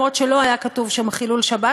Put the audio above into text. אפילו שלא היה כתוב שם חילול שבת,